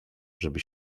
żeby